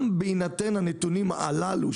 גם בהינתן הנתונים הללו,